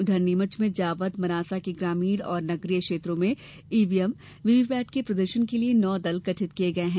उधर नीमच में जावद मनासा के ग्रामीण और नगरीय क्षेत्रों में ईवीएम व्हीव्हीपेट के प्रदर्शन के लिए नौ दल का गठित किये गये है